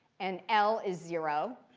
and l is zero.